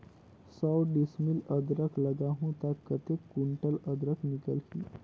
सौ डिसमिल अदरक लगाहूं ता कतेक कुंटल अदरक निकल ही?